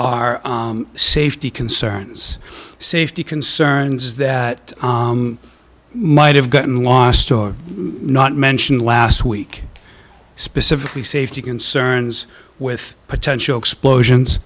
are safety concerns safety concerns that might have gotten lost or not mentioned last week specifically safety concerns with potential explosions